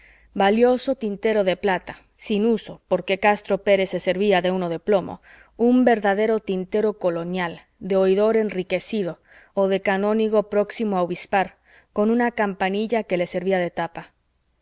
espacio libre en su ancha superficie detalle fastuoso de aquel cerro de papeles valioso tintero de plata sin uso porque castro pérez se servía de uno de plomo un verdadero tintero colonial de oidor enriquecido o de canónigo próximo a obispar con una campanilla que le servía de tapa